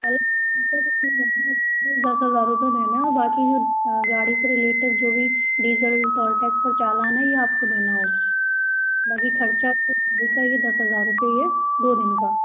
अलग दस हजार रुपए देने है और बाकी जो गाड़ी से रिलेटिव जो भी डीजल टोल टेक्स और चालान है ये आपको देना होगा बाकी खर्चा तो दस हजार रुपए ही है दो दिन का